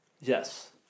yes